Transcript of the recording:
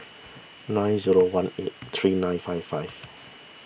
nine zero one eight three nine five five